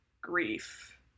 grief